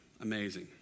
amazing